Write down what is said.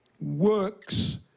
works